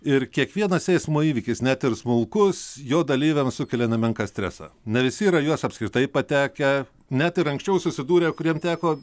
ir kiekvienas eismo įvykis net ir smulkus jo dalyviams sukelia nemenką stresą ne visi yra į juos apskritai patekę net ir anksčiau susidūrę kuriem teko